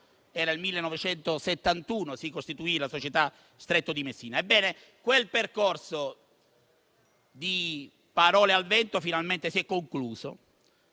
nel 1971 si costituì la società Stretto di Messina. Ebbene, quel percorso di parole al vento finalmente si è concluso